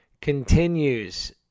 continues